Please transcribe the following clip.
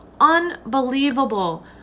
unbelievable